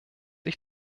ich